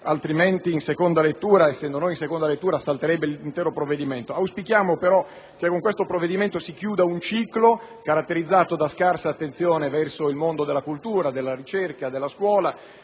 altrimenti, trovandoci in seconda lettura, salterebbe l'intero provvedimento. Auspichiamo però che con questo decreto-legge si chiuda un ciclo caratterizzato da scarsa attenzione verso il mondo della cultura, della ricerca, della scuola